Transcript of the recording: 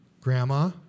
Grandma